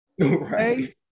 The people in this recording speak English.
right